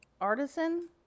Artisan